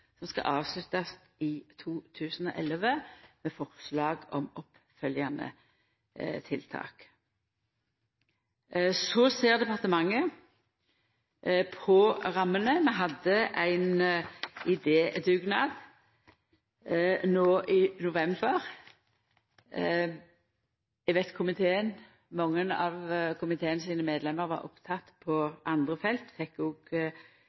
som skal avsluttast i 2011, med forslag om oppfølgjande tiltak. Så ser departementet på rammene. Vi hadde ein idédugnad no i november. Eg veit at mange av komiteen sine medlemmer var opptekne på andre felt, og